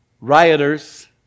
rioters